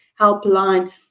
helpline